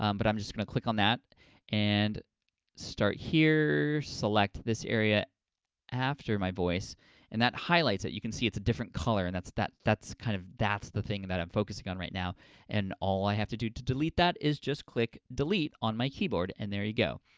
um but i'm just gonna click on that and start here, select this area after my voice and that highlights it. you can see it's a different color and that's kind of, that's the thing that i'm focusing on right now and all i have to do to delete that is just click delete on my keyboard and there you go.